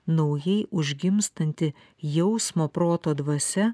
naujai užgimstanti jausmo proto dvasia